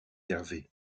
hervé